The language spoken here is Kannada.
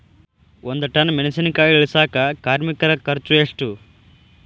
ಒಂದ್ ಟನ್ ಮೆಣಿಸಿನಕಾಯಿ ಇಳಸಾಕ್ ಕಾರ್ಮಿಕರ ಖರ್ಚು ಎಷ್ಟು?